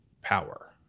power